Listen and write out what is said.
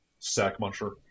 Sackmuncher